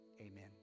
Amen